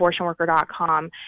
abortionworker.com